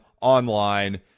online